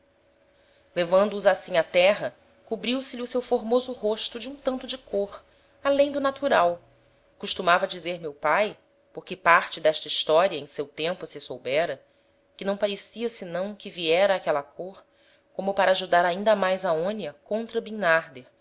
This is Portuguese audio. levando os assim á terra cobriu se lhe o seu formoso rosto de um tanto de côr alem da natural e costumava dizer meu pae porque parte d'esta historia em seu tempo se soubera que não parecia senão que viera aquela côr como para ajudar ainda mais aonia contra